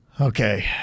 Okay